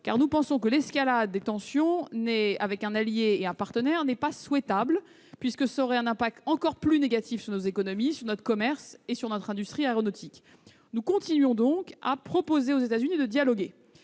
de ces contentieux. L'escalade des tensions avec un allié et un partenaire ne nous semble pas souhaitable, car elle aurait un impact encore plus négatif sur nos économies, notre commerce et notre industrie aéronautique. Nous continuons donc à proposer aux États-Unis de dialoguer.